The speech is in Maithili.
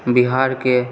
बिहारके